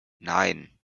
nein